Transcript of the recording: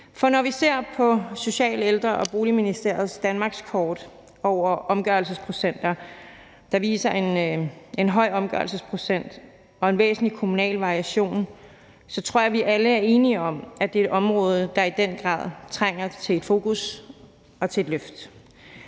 nu. Når vi ser på Social-, Bolig- og Ældreministeriets danmarkskort over omgørelsesprocenter, der viser en høj omgørelsesprocent og en væsentlig kommunal variation, så tror jeg, vi alle er enige om, at det er et område, der i den grad trænger til et fokus og til et løft.